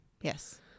Yes